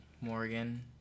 morgan